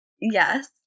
yes